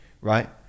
right